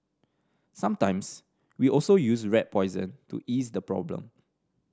sometimes we also use rat poison to ease the problem